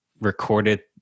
recorded